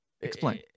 Explain